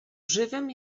żywym